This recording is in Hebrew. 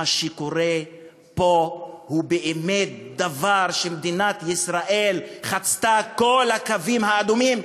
מה שקורה פה הוא באמת דבר שמדינת ישראל חצתה בו את כל הקווים האדומים,